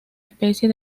especie